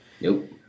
Nope